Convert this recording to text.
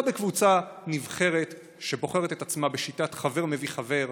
בקבוצה נבחרת שבוחרת את עצמה בשיטת חבר מביא חבר,